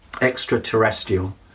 Extraterrestrial